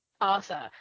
Arthur